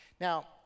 Now